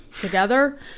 together